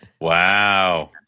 Wow